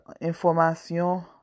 information